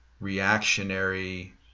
reactionary